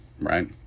right